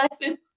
lessons